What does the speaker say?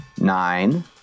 Nine